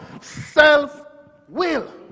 Self-will